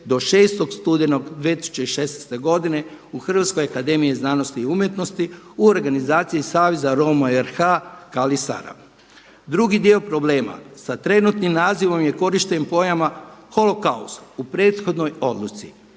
do 6. studenog 2016. godine u HAZU u organizaciji Saveza Roma RH Kali Sara. Drugi dio problema sa trenutnim nazivom je korišten pojam „holokaust“ u prethodnoj odluci.